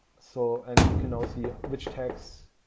so and you can all see ah which tags